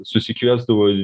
susikviesdavo į